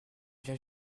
vient